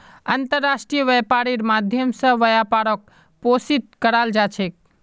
अन्तर्राष्ट्रीय व्यापारेर माध्यम स व्यापारक पोषित कराल जा छेक